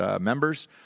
members